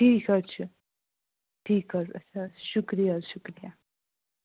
ٹھیٖک حظ چھُ ٹھیٖک حظ اَچھا شُکریہ شُکریہ